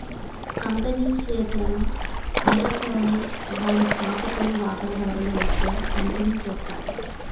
company షేర్లను మొదట్లోనే దాని స్థాపకులు వాటాదారుల మధ్య పంపిణీ చేస్తారు